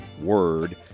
word